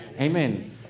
Amen